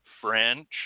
French